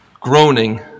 groaning